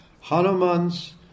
Hanuman's